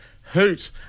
hoot